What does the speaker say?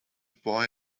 boy